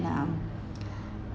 um